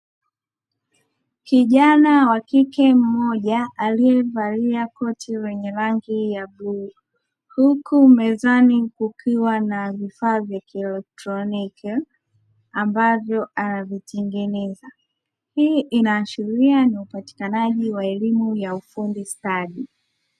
Kijana wa kike mmoja aliyevalia koti ya rangi ya bluu, huku mezani kukiwa na vifaa vya kielektroniki ambavyo anavitengeneza. Hii inaashiria upatikanaji wa elimu ya ufundi stadi.